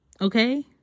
Okay